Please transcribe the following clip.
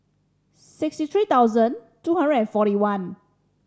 sixty three thousand two hundred and forty one